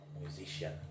musician